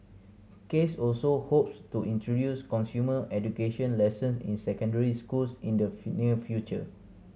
case also hopes to introduce consumer education lessons in secondary schools in the near future